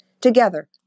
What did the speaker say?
Together